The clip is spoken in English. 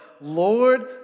Lord